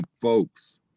folks